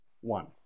one